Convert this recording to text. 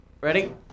Ready